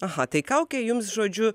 aha tai kaukė jums žodžiu